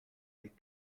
les